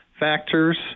Factors